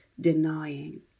denying